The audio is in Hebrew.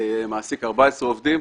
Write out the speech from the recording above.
מעסיק 14 עובדים,